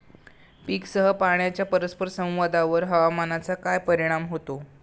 पीकसह पाण्याच्या परस्पर संवादावर हवामानाचा काय परिणाम होतो?